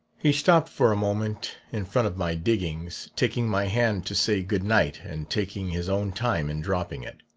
he stopped for a moment in front of my diggings, taking my hand to say goodnight and taking his own time in dropping it.